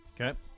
Okay